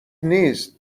نیست